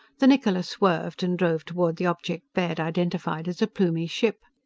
the niccola swerved and drove toward the object baird identified as a plumie ship.